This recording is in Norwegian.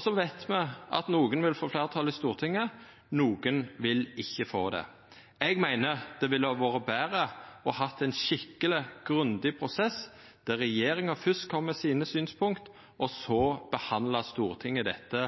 Så veit me at nokre vil få fleirtal i Stortinget, nokre vil ikkje få det. Eg meiner det ville ha vore betre å ha ein skikkeleg grundig prosess, der regjeringa først kom med synspunkta sine, og at Stortinget så behandla dette